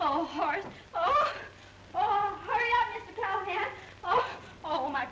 oh oh oh oh my